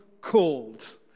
called